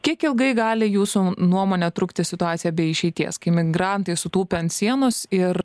kiek ilgai gali jūsų nuomone trukti situacija be išeities kai migrantai sutūpę ant sienos ir